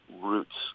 roots